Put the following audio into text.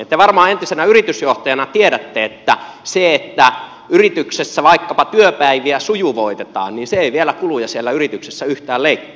te varmaan entisenä yritysjohtajana tiedätte että se että yrityksessä vaikkapa työpäiviä sujuvoitetaan ei vielä kuluja siellä yrityksessä yhtään leikkaa